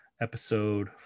Episode